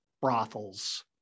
brothels